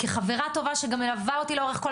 כחברה טובה שגם מלווה אותי לאורך כל